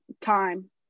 time